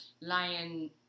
Lion